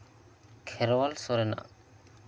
Kherwal ᱥᱚᱨᱮᱱᱟᱜ